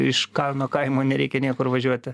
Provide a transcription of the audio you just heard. iš kalino kaimo nereikia niekur važiuoti